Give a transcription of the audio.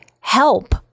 help